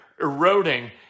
eroding